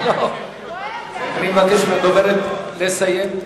אני מבקש מהדוברת לסיים.